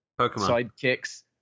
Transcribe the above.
sidekicks